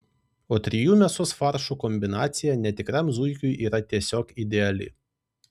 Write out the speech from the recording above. o trijų mėsos faršų kombinacija netikram zuikiui yra tiesiog ideali